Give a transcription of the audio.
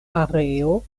areo